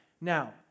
Now